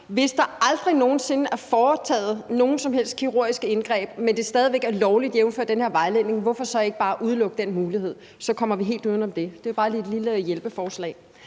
hvis der aldrig nogen sinde er foretaget nogen som helst kirurgiske indgreb, men det stadig væk er lovligt jævnfør den her vejledning, hvorfor så ikke bare udelukke den mulighed? Så kommer vi helt uden om det. Det er bare lige et lille hjælpeforslag.